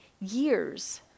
years